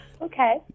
Okay